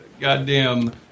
Goddamn